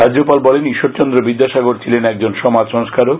রাজ্যপাল বলেন ঈশ্বরচন্দ্র বিদ্যাসাগর ছিলেন একজন সমাজ সংস্কারক